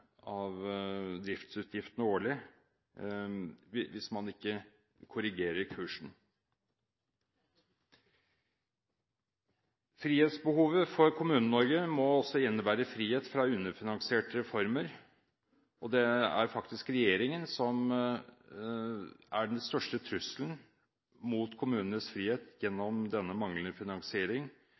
av driftsutgiftene årlig. Frihetsbehovet for Kommune-Norge må også innebære frihet fra underfinansierte reformer. Det er faktisk regjeringen som er den største trusselen mot kommunenes frihet gjennom denne manglende finansiering